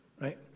right